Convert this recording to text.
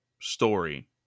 story